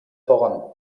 voran